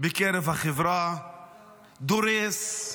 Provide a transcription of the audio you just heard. בקרב החברה, דורס,